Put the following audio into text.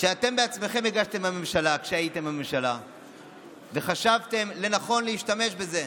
שאתם בעצמכם הגשתם לממשלה כשהייתם בממשלה וחשבתם לנכון להשתמש בזה.